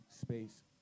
space